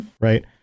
right